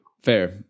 Fair